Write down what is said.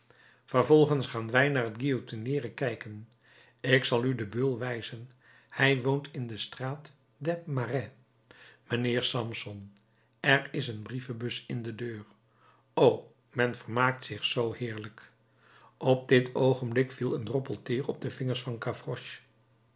vervolgens gaan wij naar het guillotineeren kijken ik zal u den beul wijzen hij woont in de straat des marais mijnheer samson er is een brievenbus in de deur o men vermaakt zich zoo heerlijk op dit oogenblik viel een droppel teer op den vinger van